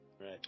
right